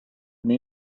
new